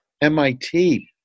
MIT